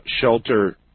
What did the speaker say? shelter